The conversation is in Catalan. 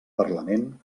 parlament